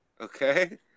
Okay